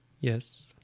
Yes